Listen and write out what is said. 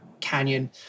canyon